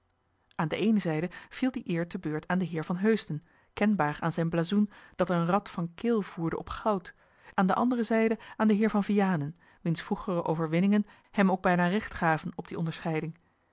aan de eene zijde viel die eer te beurt aan den heer van heusden kenbaar aan zijn blazoen dat een rad van keel voerde op goud aan de andere zijde aan den heer van vianen wiens vroegere overwinningen hem ook bijna recht gaven op die onderscheiding